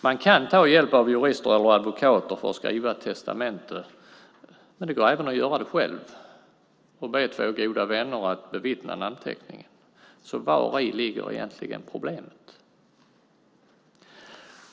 Man kan ta hjälp av jurister eller advokater, men det går även att göra det själv och be två goda vänner att bevittna namnteckningen. Vari ligger egentligen problemet?